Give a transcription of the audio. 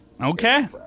Okay